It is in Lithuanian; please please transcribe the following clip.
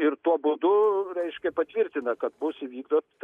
ir tuo būdu reiškia patvirtina kad bus įvykdyta